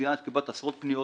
ציינת שקיבלת עשרות פניות,